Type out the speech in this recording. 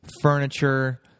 furniture